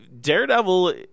Daredevil